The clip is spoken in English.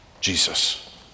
Jesus